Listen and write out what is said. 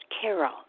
Carol